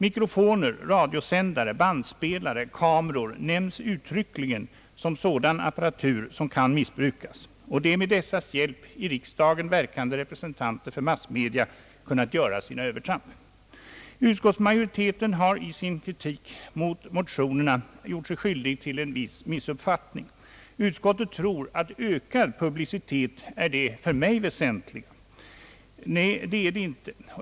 Mikrofoner, radiosändare, bandspelare och kameror nämns uttryckligen som sådan apparatur som kan missbrukas, och det är med dessas hjälp som i riksdagen verkande representanter för massmedia kunnat göra sina övertramp. Utskottsmajoriteten har i sin kritik mot motionerna gjort sig skyldig till en viss missuppfattning. Utskottet tror att ökad publicitet är det för mig väsentliga. Nej, det är det inte.